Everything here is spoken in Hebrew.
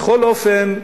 בכל אופן,